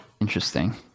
Interesting